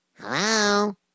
Hello